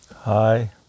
Hi